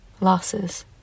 losses